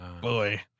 Boy